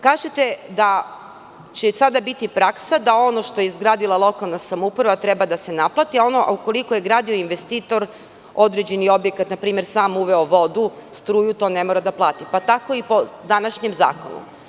Kažete da će sada biti praksa da ono što je izgradila lokalna samouprava treba da se naplati, a ukoliko je određeni objekat gradio investitor, na primer sam uveo vodu, struju, to ne mora da plati, pa tako i po današnjem zakonu.